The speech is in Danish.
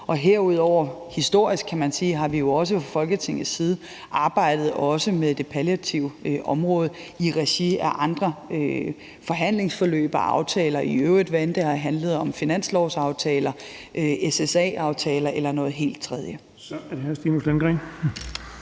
vi jo også historisk, kan man sige, fra Folketingets side arbejdet med det palliative område i regi af andre forhandlingsforløb og aftaler i øvrigt, hvad end det har handlet om finanslovsaftaler, SSA-aftaler eller noget helt tredje. Kl. 17:28 Den fg. formand (Erling